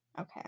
Okay